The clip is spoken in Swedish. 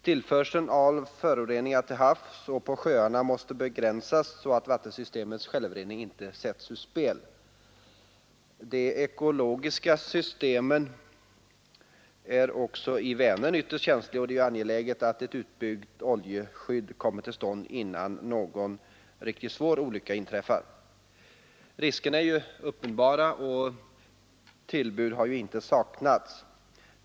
Tillförseln av föroreningar till havs och på sjöarna måste begränsas så att vattensystemens självrening inte sätts ur spel. De ekologiska systemen är också i Vänern ytterst känsliga, och det är angeläget att ett utbyggt oljeskydd kommer till stånd innan någon riktigt svår olycka inträffar. Riskerna är ju uppenbara, och tillbud har inte saknats.